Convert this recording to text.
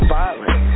violent